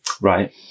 Right